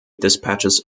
dispatches